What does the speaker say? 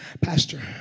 Pastor